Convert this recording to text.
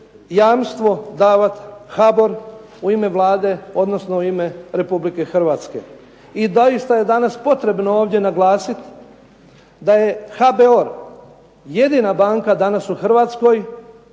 jamstvo davati HBOR u ime Vlade, odnosno u ime Republike Hrvatske. I doista je potrebno ovdje naglasiti da je HBOR jedina banka danas u Hrvatskoj